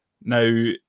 Now